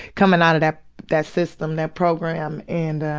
comin' out of that that system, that program, and